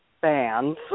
fans